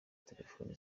telefone